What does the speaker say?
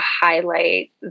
highlight